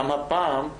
גם הפעם,